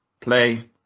play